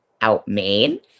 OutMain